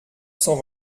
cent